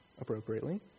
appropriately